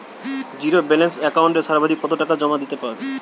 Zero balance একাউন্টে সর্বাধিক কত টাকা জমা দিতে পারব?